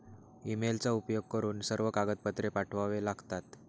ईमेलचा उपयोग करून सर्व कागदपत्रे पाठवावे लागतात